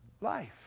life